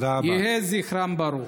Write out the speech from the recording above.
יהא זכרם ברוך.